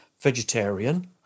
vegetarian